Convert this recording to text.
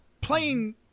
playing